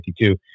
52